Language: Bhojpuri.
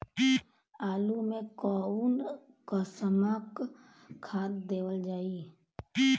आलू मे कऊन कसमक खाद देवल जाई?